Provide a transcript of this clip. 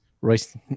Royce